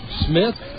Smith